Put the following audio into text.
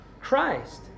Christ